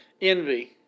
Envy